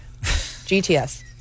GTS